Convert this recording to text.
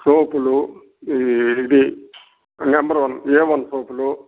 సోపులు ఇది number one A one సోపులు